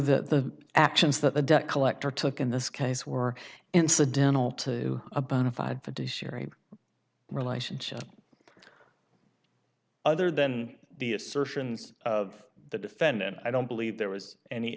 the actions that the debt collector took in this case were incidental to a bona fide fiduciary relationship other than the assertions of the defendant i don't believe there was any